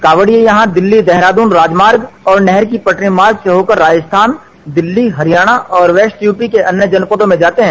कांवडिये यहां दिल्ली देहरादून राजमार्ग और नहर की पटरी मार्ग से होकर राजस्थान दिल्ली हरियाणा और वेस्ट यूपी के अन्य जनपदों में जाते हैं